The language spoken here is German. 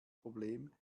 problem